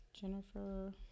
Jennifer